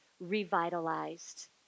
revitalized